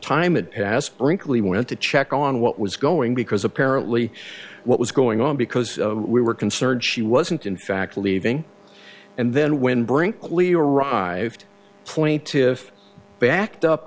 time it has really went to check on what was going because apparently what was going on because we were concerned she wasn't in fact leaving and then when brinkley arrived point to if backed up